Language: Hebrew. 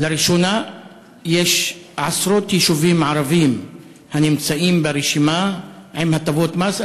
לראשונה יש עשרות יישובים ערביים הנמצאים ברשימה עם הטבות מס.